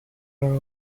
are